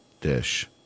dish